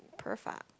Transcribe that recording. perfect